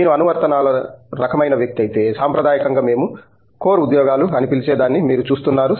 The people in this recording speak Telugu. మీరు అనువర్తనాల రకమైన వ్యక్తి అయితే సాంప్రదాయకంగా మేము కోర్ ఉద్యోగాలు అని పిలిచేదాన్ని మీరు చూస్తున్నారు